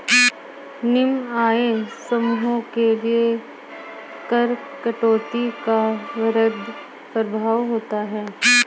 निम्न आय समूहों के लिए कर कटौती का वृहद प्रभाव होता है